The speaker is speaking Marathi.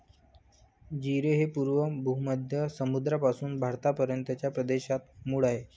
जीरे हे पूर्व भूमध्य समुद्रापासून भारतापर्यंतच्या प्रदेशात मूळ आहे